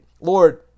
Lord